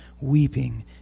weeping